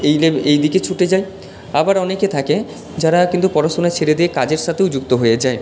এই এই দিকে ছুটে যায় আবার অনেকে থাকে যারা কিন্তু পড়াশুনা ছেড়ে দিয়ে কাজের সাথেও যুক্ত হয়ে যায়